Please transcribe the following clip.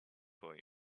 for